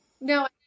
No